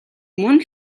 мөн